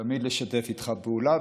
תמיד לשתף איתך פעולה,